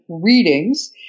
readings